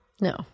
No